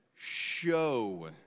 show